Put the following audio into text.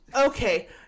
Okay